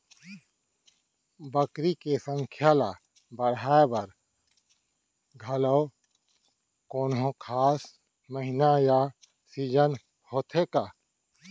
बकरी के संख्या ला बढ़ाए बर घलव कोनो खास महीना या सीजन होथे का?